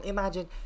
Imagine